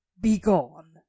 begone